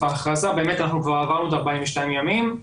ההכרזה באמת אנחנו כבר עברנו את ה-42 ימים,